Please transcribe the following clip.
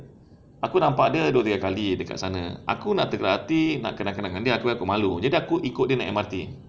aku nampak dia dua tiga kali dekat sana aku ada hati nak kenal-kenal dia tapi aku malu jadi aku ikut dia naik M_R_T